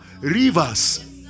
rivers